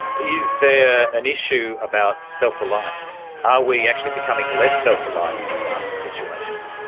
is there an issue about self-reliance? are we actually becoming less self-reliant in disaster situations?